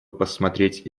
посмотреть